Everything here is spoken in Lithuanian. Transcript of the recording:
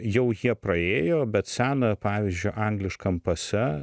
jau jie praėjo bet senojo pavyzdžio angliškam pase